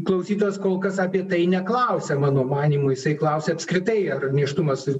klausytojas kol kas apie tai neklausia mano manymu jisai klausia apskritai ar nėštumas